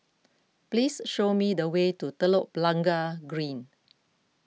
please show me the way to Telok Blangah Green